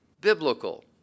biblical